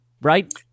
Right